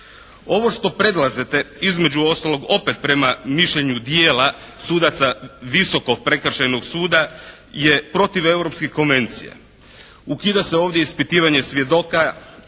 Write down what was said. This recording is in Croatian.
Ovo što predlažete između ostalog opet prema mišljenju dijela sudaca Visokog prekršajnog suda je protiv europskih konvencija. Ukida se ovdje ispitivanje svjedoka